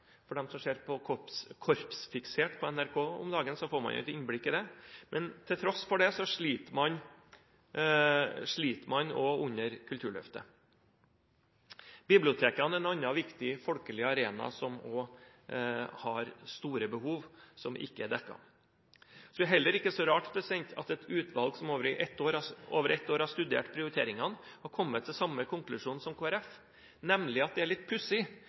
som ser på «Korpsfiksert» på NRK om dagen, får jo et innblikk i det – men til tross for dette sliter man også under Kulturløftet. Bibliotekene er en annen viktig folkelig arena som har store behov som ikke er dekket. Da er det heller ikke så rart at et utvalg som i over ett år har studert prioriteringene, har kommet til samme konklusjon som Kristelig Folkeparti, nemlig at det er litt pussig